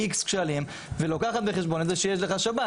X שקלים ולוקחת בחשבון את זה שיש לך שב"ן,